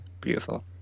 Beautiful